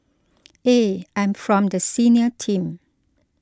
I'm from the senior team